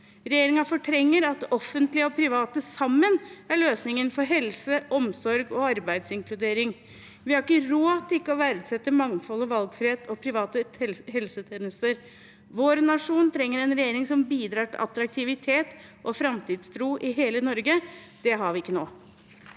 Regjeringen fortrenger at offentlige og private sammen er løsningen for helse, omsorg og arbeidsinkludering. Vi har ikke råd til ikke å verdsette mangfold, valgfrihet og private helsetjenester. Vår nasjon trenger en regjering som bidrar til attraktivitet og framtidstro i hele Norge. Det har vi ikke nå.